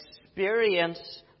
experience